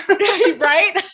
Right